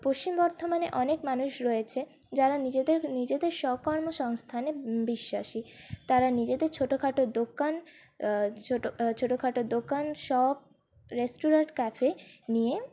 পশ্চিম বর্ধমানে অনেক মানুষ রয়েছে যারা নিজেদের নিজেদের স্বকর্মসংস্থানে বিশ্বাসী তারা নিজেদের ছোটোখাটো দোকান ছোটো ছোটোখাটো দোকান শপ রেস্টুরেন্ট ক্যাফে নিয়ে